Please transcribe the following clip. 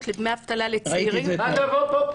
לדמי אבטלה לצעירים -- ראיתי את זה אתמול.